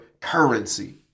currency